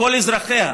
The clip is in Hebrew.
כל אזרחיה,